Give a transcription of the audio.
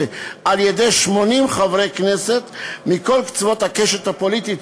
1998 על-ידי 80 חברי הכנסת מכל קצוות הכנסת הפוליטית,